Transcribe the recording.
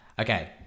Okay